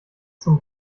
zum